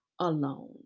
alone